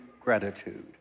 gratitude